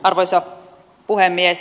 arvoisa puhemies